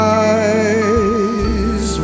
eyes